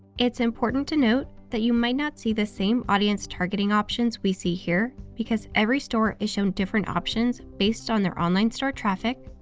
it's important to note that you might not see the same audience targeting options we see here, because every store is shown different options based on their online store traffic,